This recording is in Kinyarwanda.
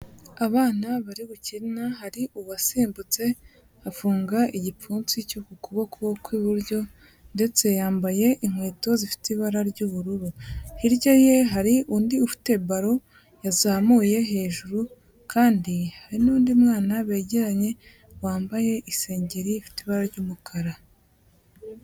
Abana bari gukina hari uwasimbutse afunga igipfunsi cyo ku kuboko kw'iburyo, ndetse yambaye inkweto zifite ibara ry'ubururu. Hirya ye hari undi ufite balo yazamuye hejuru, kandi hari n'undi mwana begeranye wambaye isengeri ifite ibara ry'umukara.